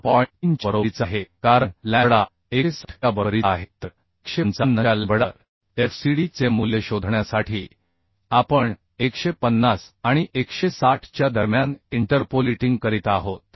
3 च्या बरोबरीचा आहे कारण लॅम्बडा 160 च्या बरोबरीचा आहे तर 155 च्या लॅम्बडावर FCD चे मूल्य शोधण्यासाठी आपण 150 आणि 160 च्या दरम्यान इंटरपोलीटिंग करीत आहोत